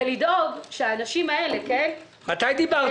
ולדאוג שהאנשים האלה --- מתי דיברת